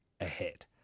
ahead